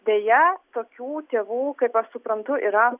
deja tokių tėvų kaip aš suprantu yra